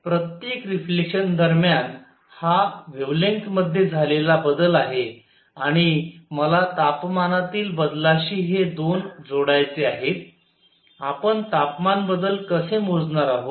तर प्रत्येक रिफ्लेक्शन दरम्यान हा व्हेवलेंग्थ मध्ये झालेला बदल आहे आणि मला तापमानातील बदलाशी हे 2 जोडायचे आहे आपण तापमान बदल कसे मोजणार आहोत